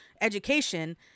education